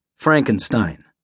Frankenstein